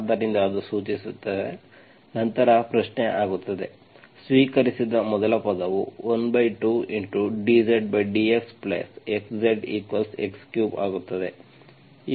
ಆದ್ದರಿಂದ ಅದು ಸೂಚಿಸುತ್ತದೆ ನಂತರ ಪ್ರಶ್ನೆ ಆಗುತ್ತದೆ ಸ್ವೀಕರಿಸಿದ ಮೊದಲ ಪದವು 12dZdx x Zx3 ಆಗುತ್ತದೆ